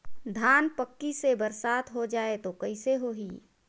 धान पक्की से बरसात हो जाय तो कइसे हो ही?